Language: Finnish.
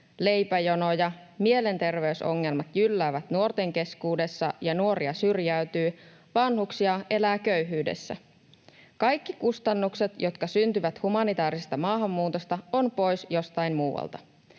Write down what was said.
leipäjonoja. Mielenterveysongelmat jylläävät nuorten keskuudessa, ja nuoria syrjäytyy. Vanhuksia elää köyhyydessä. Kaikki kustannukset, jotka syntyvät humanitaarisesta maahanmuutosta, ovat pois jostain muusta.